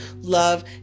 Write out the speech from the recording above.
love